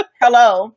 Hello